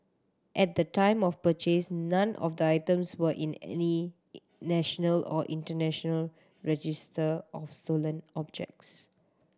at the time of purchase none of the items were in any national or international register of stolen objects